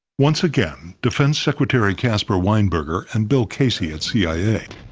once again, defense secretary caspar weinberger and bill casey at c i a,